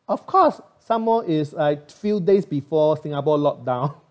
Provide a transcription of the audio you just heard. of course some more is like few days before singapore locked down